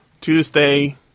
Tuesday